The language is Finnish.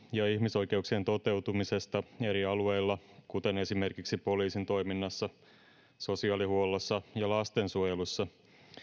perus ja ihmisoikeuksien toteutumisesta eri alueilla kuten esimerkiksi poliisin toiminnassa sosiaalihuollossa ja lastensuojelussa